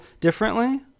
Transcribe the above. differently